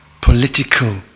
political